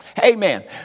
Amen